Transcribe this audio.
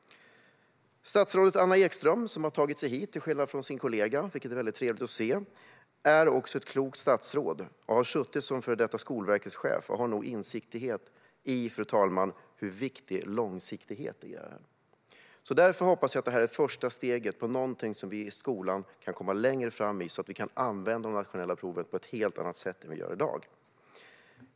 Statsrådet Anna Ekström, som till skillnad från sin kollega har tagit sig hit, vilket är väldigt trevligt att se, är ett klokt statsråd som har suttit som chef för Skolverket och nog har insikt, fru talman, i hur viktigt det är med långsiktighet. Därför hoppas jag att det här är första steget i någonting som vi i skolan kan komma längre fram i, så att vi kan använda de nationella proven på ett helt annat sätt än vi gör i dag.